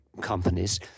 companies